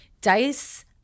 dice